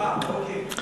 אה, אוקיי.